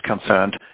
concerned